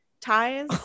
ties